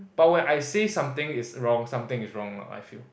but when I say something is wrong something is wrong lah I feel